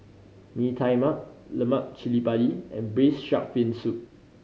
Mee Tai Mak Lemak Cili Padi and Braised Shark Fin Soup